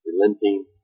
relenting